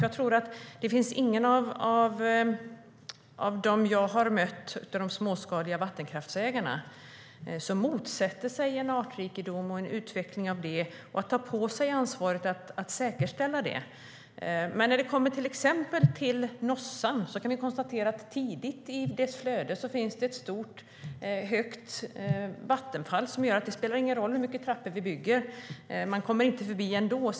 Jag tror inte att någon av de småskaliga vattenkraftsägarna som jag har mött motsätter sig en utveckling av artrikedomen eller ansvaret att säkerställa den. När det kommer till exempelvis Nossan kan vi dock konstatera att det tidigt i dess flöde finns ett stort och högt vattenfall som gör att det inte spelar någon roll hur många trappor vi bygger. Fisken kommer inte förbi ändå.